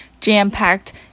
jam-packed